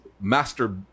master